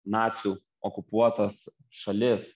nacių okupuotas šalis